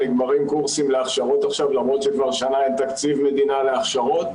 מסתיימים עכשיו קורסים להכשרות למרות שכבר שנה אין תקציב מדינה להכשרות,